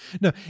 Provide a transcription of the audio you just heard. No